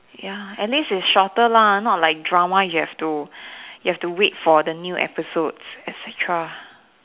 ya at least it's shorter lah not like drama you have to you have to wait for the new episodes etcetera